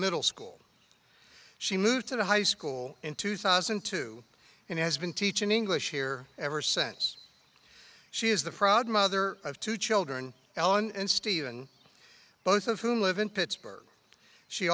middle school she moved to the high school in two thousand and two and has been teaching english here ever since she is the proud mother of two children helen and steven both of whom live in pittsburgh she